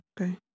Okay